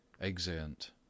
Exeunt